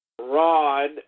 rod